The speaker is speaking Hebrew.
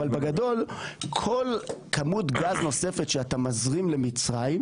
אבל בגדול כל כמות גז נוספת שאתה מזרים למצרים,